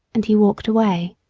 and he walked away.